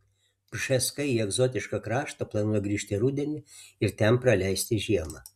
bžeskai į egzotišką kraštą planuoja grįžti rudenį ir ten praleisti žiemą